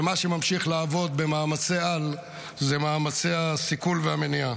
ומה שממשיך לעבוד במאמצי על זה מאמצי הסיכול והמניעה.